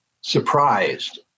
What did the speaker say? surprised